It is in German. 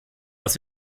was